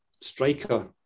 striker